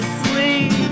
sleep